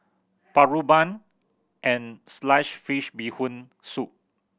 paru bun and slice fish Bee Hoon Soup